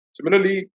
Similarly